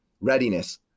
readiness